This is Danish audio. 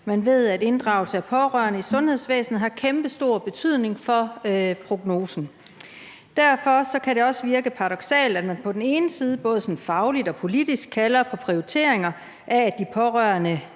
Man ved, at inddragelse af pårørende i sundhedsvæsenet har kæmpestor betydning for prognosen. Derfor kan det også virke paradoksalt, at man på den ene side både sådan fagligt og politisk kalder på prioriteringer af, at de pårørende